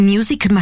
Music